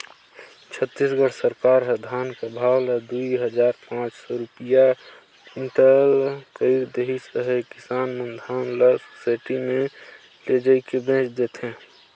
छत्तीसगढ़ सरकार ह धान कर भाव ल दुई हजार पाच सव रूपिया कुटल कइर देहिस अहे किसान मन धान ल सुसइटी मे लेइजके बेच देथे